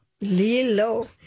Lilo